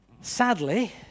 Sadly